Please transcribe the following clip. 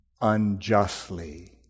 unjustly